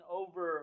over